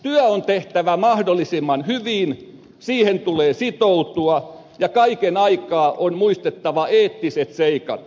työ on tehtävä mahdollisimman hyvin siihen tulee sitoutua ja kaiken aikaa on muistettava eettiset seikat